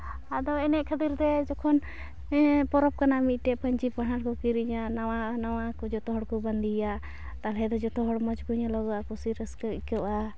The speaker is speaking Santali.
ᱟᱫᱚ ᱮᱱᱮᱡ ᱠᱷᱟᱹᱛᱤᱨ ᱛᱮ ᱡᱚᱠᱷᱚᱱ ᱯᱚᱨᱚᱵᱽ ᱠᱟᱱᱟ ᱢᱤᱫᱴᱮᱡ ᱯᱟᱹᱧᱪᱤ ᱯᱟᱲᱦᱟᱴ ᱠᱩ ᱠᱤᱨᱤᱧᱟ ᱱᱟᱣᱟ ᱱᱟᱣᱟ ᱠᱚ ᱡᱚᱛᱚ ᱦᱚᱲ ᱠᱚ ᱵᱟᱸᱫᱮᱭᱟ ᱛᱟᱞᱚᱦᱮ ᱫᱚ ᱡᱚᱛᱚ ᱦᱚᱲ ᱢᱚᱡᱽ ᱠᱚ ᱧᱮᱞᱚᱜᱚᱜᱼᱟ ᱠᱩᱥᱤ ᱨᱟᱹᱥᱠᱟᱹ ᱟᱹᱭᱠᱟᱹᱣᱟ